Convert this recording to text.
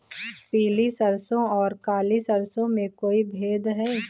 पीली सरसों और काली सरसों में कोई भेद है?